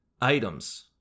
items